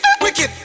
wicked